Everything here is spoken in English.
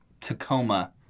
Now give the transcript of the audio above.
Tacoma